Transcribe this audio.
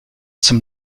zum